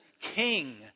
king